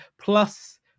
plus